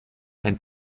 and